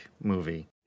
movie